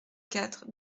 quatre